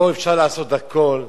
פה אפשר לעשות הכול.